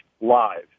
live